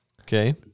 Okay